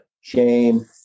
shame